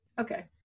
Okay